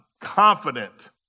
confident